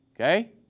Okay